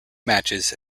matches